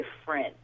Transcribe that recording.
different